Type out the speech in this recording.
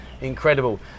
incredible